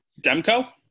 Demco